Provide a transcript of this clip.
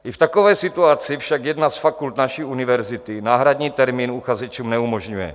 I v takové situaci však jedna z fakult naší univerzity náhradní termín uchazečům neumožňuje.